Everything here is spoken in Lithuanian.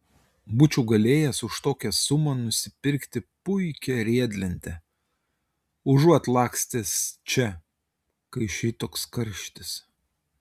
būčiau galėjęs už tokią sumą nusipirkti puikią riedlentę užuot lakstęs čia kai šitoks karštis